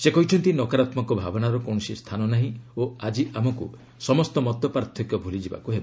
ସେ କହିଛନ୍ତି ନକାରାତ୍ମକ ଭାବନାର କୌଣସି ସ୍ଥାନ ନାହିଁ ଓ ଆଜି ଆମକୁ ସମସ୍ତ ମତପାର୍ଥକ୍ୟ ଭୁଲିଯିବାକୁ ହେବ